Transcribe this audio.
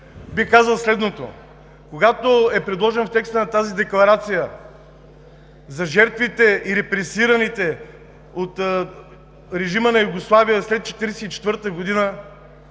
бих казал следното: когато е предложено в текста на тази декларация за жертвите и репресираните от режима на Югославия след 1944 г.,